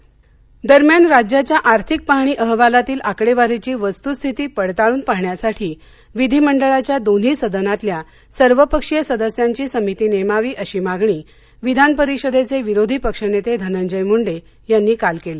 मुंडे दरम्यान राज्याच्या आर्थिक पाहणी अहवालातील आकडेवारीची वस्तुस्थिती पडताळून पाहण्यासाठी विधिमंडळाच्या दोन्ही सदनातल्या सर्वपक्षीय सदस्यांची समिती नेमावी अशी मागणी विधान परिषदेचे विरोधी पक्षनेते धनंजय मूंडे यांनी काल केली